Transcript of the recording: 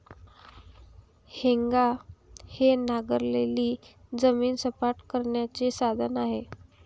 हेंगा हे नांगरलेली जमीन सपाट करण्याचे साधन आहे